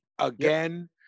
again